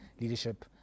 leadership